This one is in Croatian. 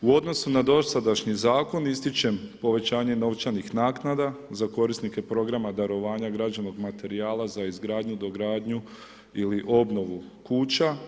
U odnosu na dosadašnji Zakon, ističem povećanje novčanih naknada za korisnike programa darovanja građevnog materijala za izgradnju, dogradnju ili obnovu kuća.